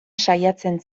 saiatzen